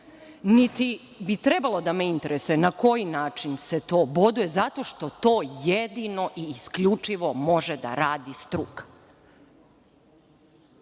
niti bi trebalo da me interesuju na koji način se to boduje, zato što to jedino i isključivo može da radi struka.